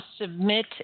submit –